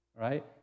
right